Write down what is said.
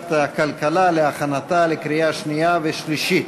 לוועדת הכלכלה להכנתה לקריאה שנייה ושלישית.